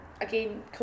again